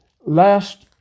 last